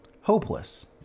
hopeless